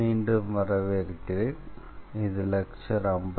மீண்டும் வரவேற்கிறேன் இது லெக்சர் 53